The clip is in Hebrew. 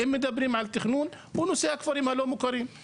אם מדברים על תכנון, נושא הכפרים הלא מוכרים זה